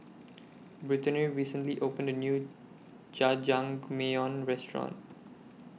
Brittany recently opened A New Jajangmyeon Restaurant